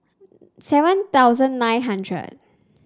seven thousand nine hundred